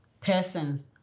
person